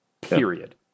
Period